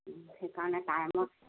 সেইকাৰণে টাইমত